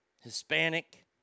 Hispanic